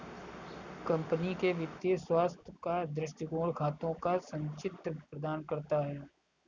company के वित्तीय स्वास्थ्य का दृष्टिकोण खातों का संचित्र प्रदान करता है